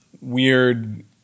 weird